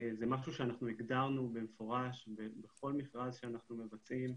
זה משהו שאנחנו הגדרנו במפורש בכל מכרז שאנחנו מבצעים,